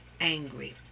angry